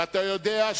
ואתה יודע,